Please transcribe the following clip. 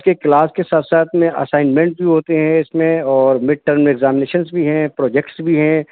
اس کے کلاس کے ساتھ ساتھ میں اسائنمنٹ بھی ہوتے ہیں اس میں اور مڈ ٹرم ایگزامینیشنس بھی ہیں پروجیکٹس بھی ہیں